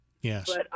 Yes